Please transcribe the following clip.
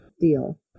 deal